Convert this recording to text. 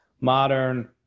modern